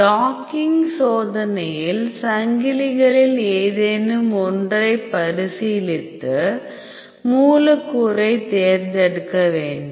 docking சோதனையில் சங்கிலிகளில் ஏதேனும் ஒன்றை பரிசீலித்து மூலக்கூறைத் தேர்ந்தெடுக்க வேண்டும்